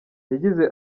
yagize